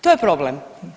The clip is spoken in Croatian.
To je problem.